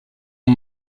aux